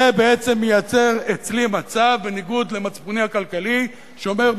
זה בעצם מייצר אצלי מצב בניגוד למצפוני הכלכלי שאומר,